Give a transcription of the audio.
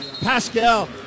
Pascal